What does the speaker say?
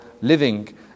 living